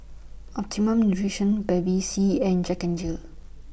Optimum Nutrition Bevy C and Jack N Jill